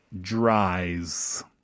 dries